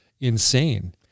insane